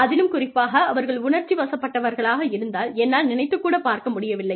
அதிலும் குறிப்பாக அவர்கள் உணர்ச்சி வசப்படுபவர்களாக இருந்தால் என்னால் நினைத்துக் கூடப் பார்க்க முடியவில்லை